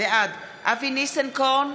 בעד אבי ניסנקורן,